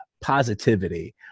positivity